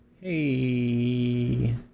Hey